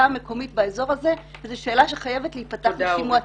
המקומית באזור הזה וזו שאלה שחייבת להיפתח לשימוע ציבורי.